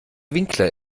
winkler